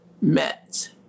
met